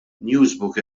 newsbook